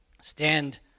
stand